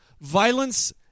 Violence